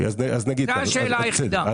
זו השאלה היחידה.